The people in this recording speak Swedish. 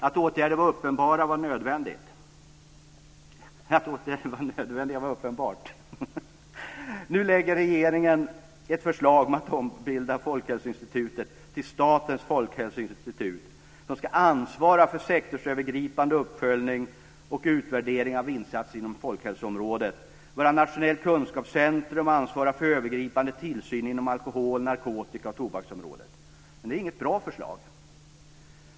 Att åtgärder var nödvändiga var uppenbart. Nu lägger regeringen ett förslag att ombilda Folkhälsoinstitutet till Statens folkhälsoinstitut som ska ansvara för sektorsövergripande uppföljning och utvärdering av insatser inom folkhälsoområdet och vara nationellt kunskapscentrum och ansvara för övergripande tillsyn inom alkohol-, narkotika och tobaksområdet. Det är inget bra förslag.